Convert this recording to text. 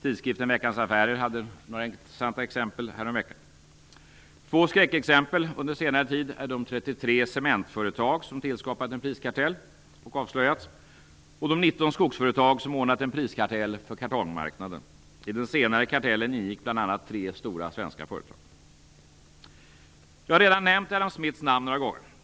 Tidskriften Veckans Affärer hade några intressanta exempel häromveckan. Två skräckexempel under senare tid är de 33 cementföretag som tillskapat en priskartell och avslöjats och de 19 skogsföretag som ordnat en priskartell för kartongmarknaden. I den senare kartellen ingick bl.a. tre stora svenska företag. Jag har redan nämnt Adam Smiths namn några gånger.